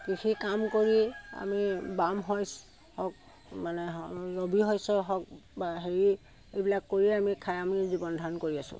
কৃষি কাম কৰি আমি বাম শইচ হওক মানে ৰবি শস্যই বা হেৰি এইবিলাক কৰিয়ে আমি খাই আমি জীৱন ধাৰণ কৰি আছোঁ